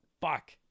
Fuck